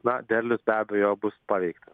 na derlius be abejo bus paveiktas